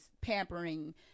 pampering